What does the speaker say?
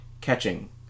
catching